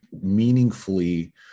meaningfully